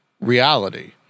reality